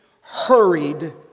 hurried